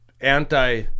anti